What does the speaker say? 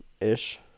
ish